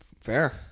fair